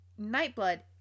Nightblood